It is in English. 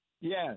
Yes